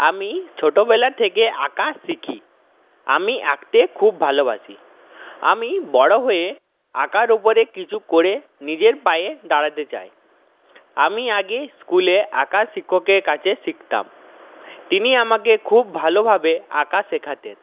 আমি ছোটোবেলা থেকে আঁকা শিখি আমি আঁকতে খুব ভালোবাসি আমি বড়ো হয়ে আঁকার উপরে কিছু করে নিজের পায়ে দাঁড়াতে চাই আমি আগে স্কুলে আঁকা শিক্ষকের কাছে শিখতাম তিনি আমাকে খুব ভালোভাবে আঁকা শেখাতেন